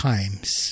Times